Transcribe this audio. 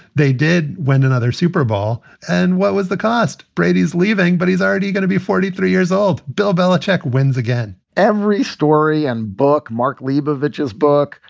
they did win another super bowl. and what was the cost? brady's leaving, but he's already going to be forty three years old bill belichick wins again every story and book. mark leibovich, his book,